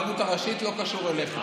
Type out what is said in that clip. זה על הרבנות הראשית, לא קשור אליך.